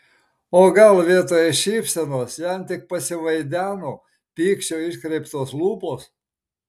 o gal vietoj šypsenos jam tik pasivaideno pykčio iškreiptos lūpos